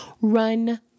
run